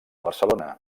barcelona